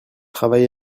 travail